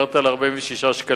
ודיברת על 46 שקלים.